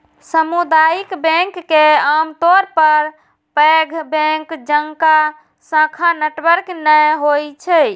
सामुदायिक बैंक के आमतौर पर पैघ बैंक जकां शाखा नेटवर्क नै होइ छै